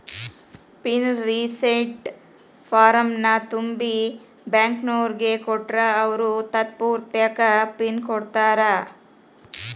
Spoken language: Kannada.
ಪಿನ್ ರಿಸೆಟ್ ಫಾರ್ಮ್ನ ತುಂಬಿ ಬ್ಯಾಂಕ್ನೋರಿಗ್ ಕೊಟ್ರ ಅವ್ರು ತಾತ್ಪೂರ್ತೆಕ ಪಿನ್ ಕೊಡ್ತಾರಾ